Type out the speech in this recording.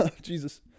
Jesus